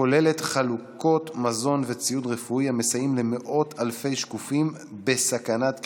שמחלקות מזון וציוד רפואי המסייעים למאות אלפי "שקופים" בסכנת קריסה,